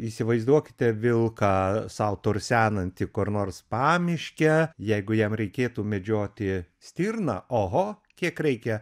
įsivaizduokite vilką sau tursenantį kur nors pamiške jeigu jam reikėtų medžioti stirną oho kiek reikia